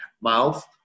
mouth